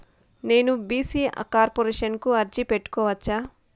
నేను B C corporation కు అర్జీ పెట్టుకోవచ్చా?